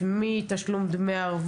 זה דוח ביניים,